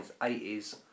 80s